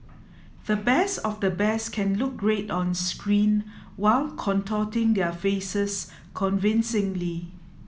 the best of the best can look great on screen while contorting their faces convincingly